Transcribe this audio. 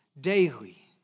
daily